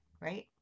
Right